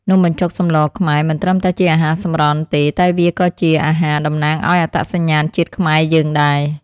នំបញ្ចុកសម្លខ្មែរមិនត្រឹមតែជាអាហារសម្រន់ទេតែវាក៏ជាអាហារតំណាងឱ្យអត្តសញ្ញាណជាតិខ្មែរយើងដែរ។